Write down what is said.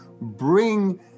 bring